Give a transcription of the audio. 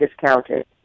discounted